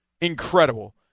incredible